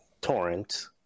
torrent